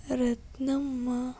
Ratnamma